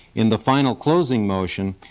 in the final closing motion,